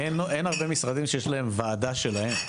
אין הרבה משרדים שיש להם וועדה שלהם.